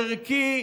ערכי,